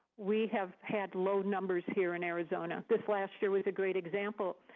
we have had low numbers here in arizona. this last year was a great example.